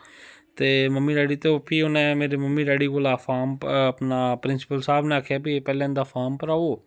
ते mummy daddy ते ओह् फ्ही उन्नै मेरी मम्मी डैड़ी कोला फार्म अपना प्रिंसिपल साहब ने आक्खेआ भाई पैह्लें इं'दा फार्म भराओ